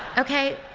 ok.